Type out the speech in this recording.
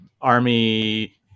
Army